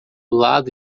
lado